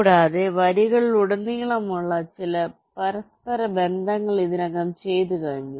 കൂടാതെ വരികളിലുടനീളമുള്ള ചില പരസ്പരബന്ധങ്ങൾ ഇതിനകം ചെയ്തുകഴിഞ്ഞു